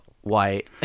white